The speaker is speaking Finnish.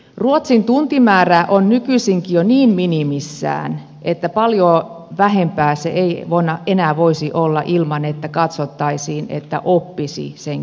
ruotsin tuntimäärä on nykyisinkin jo niin minimissään että paljon vähempää se ei enää voisi olla ilman että katsottaisiin että sitä kieltä ei opi